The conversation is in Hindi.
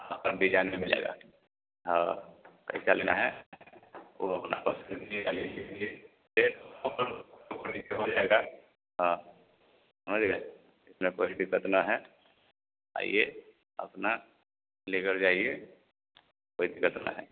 हाँ हर डिजाइन में मिलेगा हाँ कैसा लेना है वह अपना पसंद करिएगा ले लीजिए रेट और ऊपर नीचे हो जाएगा हाँ समझ गए इतने क्वालिटी का इतना है आइए अपना लेकर जाइए कोई दिक्कत न है